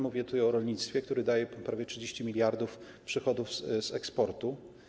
Mówię o rolnictwie, które daje prawie 30 mld przychodów z eksportu.